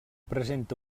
presenta